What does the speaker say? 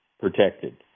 protected